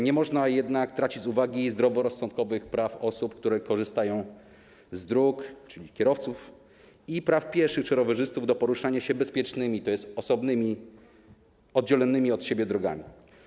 Nie można jednak nie brać pod uwagę zdroworozsądkowego prawa osób, które korzystają z dróg, czyli kierowców i pieszych czy rowerzystów, do poruszania się bezpiecznymi, to jest osobnymi, oddzielonymi od siebie, drogami.